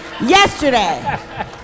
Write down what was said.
Yesterday